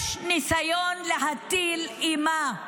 יש ניסיון להטיל אימה.